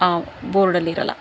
ಆ ಬೋರ್ಡ್ ಅಲ್ಲಿ ಇರಲ್ಲ